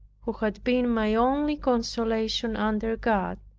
who had been my only consolation under god.